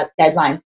deadlines